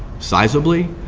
sizeably.